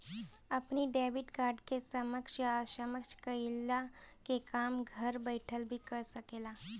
अपनी debit card के सक्षम या असक्षम कईला के काम घर बैठल भी कर सकेला